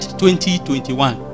2021